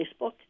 Facebook